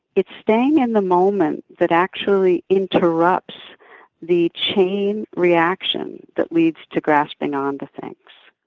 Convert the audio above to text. it's staying in the moment that actually interrupts the chain reaction that leads to grasping onto things.